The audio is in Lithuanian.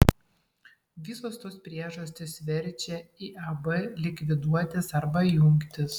visos tos priežastys verčia iab likviduotis arba jungtis